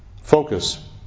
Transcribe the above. Focus